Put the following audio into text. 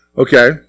Okay